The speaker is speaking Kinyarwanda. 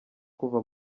kuva